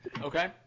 Okay